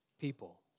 people